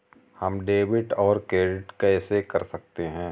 हम डेबिटऔर क्रेडिट कैसे कर सकते हैं?